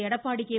Edappadi K